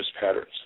patterns